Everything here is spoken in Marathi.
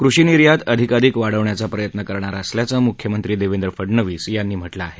कृषी निर्यात अधिकाधिक वाढवण्याचा प्रयत्न करणार असल्याचं मुख्यमंत्री देवेंद्र फडणवीस यांनी म्हटलं आहे